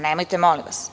Nemojte, molim vas.